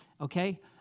okay